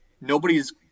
nobody's